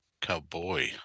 Cowboy